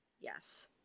Yes